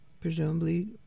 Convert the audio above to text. presumably